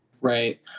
Right